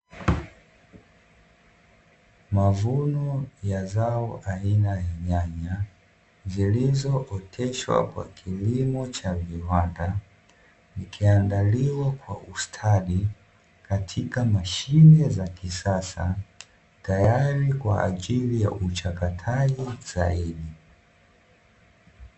Mavuno ya zao aina ya nyanya zilizooteshwa kwa kilimo cha viwanda, ikiandaliwa kwa ustadi katika mashine za kisasa, tayari kwa ajili ya uchakataji sahihi.